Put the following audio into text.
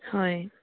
হয়